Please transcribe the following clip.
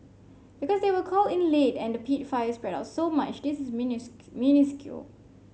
because they were called in late and the peat fire spread out so much this is minuscule